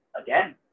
again